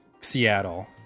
seattle